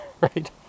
right